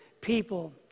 people